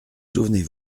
souvenez